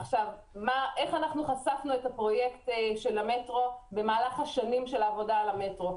איך חשפנו את הפרויקט של המטרו במהלך השנים של העבודה על המטרו?